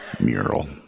Mural